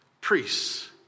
priests